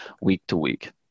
week-to-week